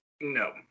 no